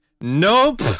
nope